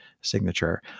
signature